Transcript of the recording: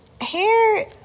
Hair